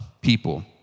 people